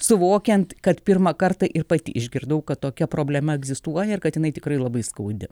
suvokiant kad pirmą kartą ir pati išgirdau kad tokia problema egzistuoja kad jinai tikrai labai skaudi